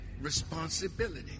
responsibility